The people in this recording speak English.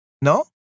no